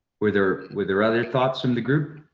were there were there other thoughts from the group?